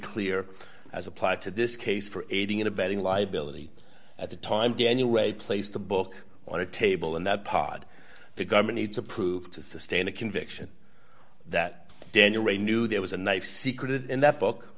clear as applied to this case for aiding and abetting liability at the time daniel ray placed the book on a table in that pod the government needs to prove to sustain a conviction that daniel ray knew there was a knife secret and that book